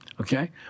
Okay